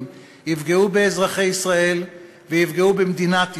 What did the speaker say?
יפגעו באזרחי ישראל ויפגעו במדינת ישראל.